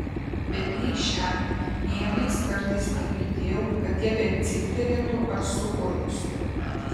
bet nei šiąnakt nei anais kartais negirdėjau kad jie bent cyptelėtų ar suurgztų